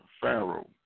Pharaoh